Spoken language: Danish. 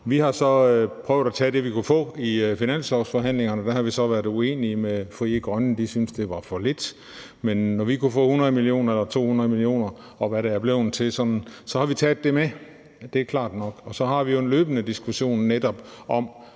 Vi har så prøvet at tage det, vi kunne få, i finanslovsforhandlingerne, og der har vi så været uenige med Frie Grønne; de syntes det var for lidt. Men når vi kunne få 100 mio. kr. eller 200 mio. kr., og hvad det sådan er blevet til, så har vi taget det med. Det er klart nok. Og så har vi jo en løbende diskussion netop om,